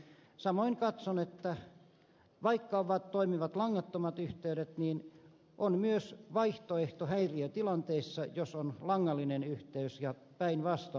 samoin katson että vaikka on toimivat langattomat yhteydet niin se on myös vaihtoehto häi riötilanteissa jos on langallinen yhteys ja päinvastoin